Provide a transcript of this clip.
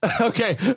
Okay